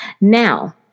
Now